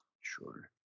Sure